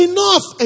Enough